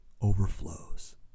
overflows